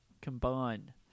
Combine